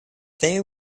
there